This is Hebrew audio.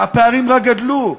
הפערים רק גדלו.